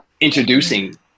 introducing